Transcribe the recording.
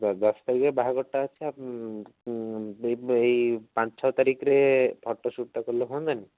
ଦଶ ତାରିଖରେ ବାହାଘରଟା ଅଛି ଏଇ ଏଇ ପାଞ୍ଚ ଛଅ ତାରିଖରେ ଫୋଟ ସୁଟ୍ଟା କଲେ ହୁଅନ୍ତାନି